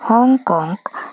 Hong Kong